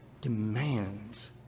demands